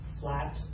flat